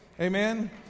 Amen